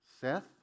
Seth